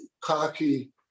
Cocky